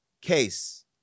case